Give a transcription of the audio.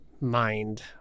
mind